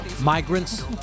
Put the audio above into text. Migrants